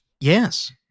Yes